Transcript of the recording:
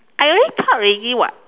I already talk already [what]